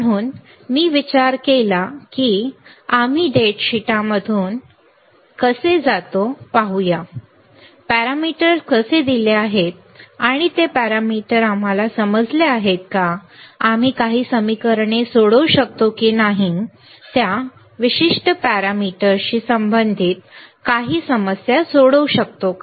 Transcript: म्हणून मी विचार केला की आम्ही डेटा शीटमधून कसे जातो पाहूया पॅरामीटर्स कसे दिले आहेत आणि ते पॅरामीटर आम्हाला समजले आहेत का आम्ही काही समीकरणे सोडवू शकतो की नाही त्या विशिष्ट पॅरामीटर्सशी संबंधित काही समस्या सोडवू शकतो का